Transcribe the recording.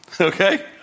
Okay